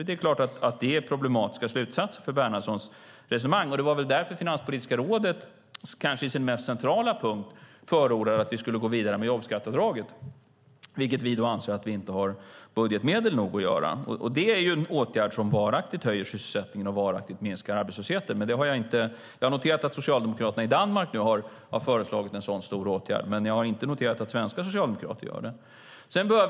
Det är klart att det är problematiska slutsatser för Bernhardssons resonemang. Det var väl därför Finanspolitiska rådet i sin kanske mest centrala punkt förordade att vi skulle gå vidare med jobbskatteavdraget, vilket vi anser att vi inte har budgetmedel nog att göra. Jobbskatteavdrag är en åtgärd som varaktigt höjer sysselsättningen och varaktigt minskar arbetslösheten. Jag har noterat att Socialdemokraterna i Danmark föreslagit en sådan stor åtgärd, men jag har inte noterat att svenska socialdemokrater skulle ha gjort det.